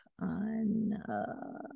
on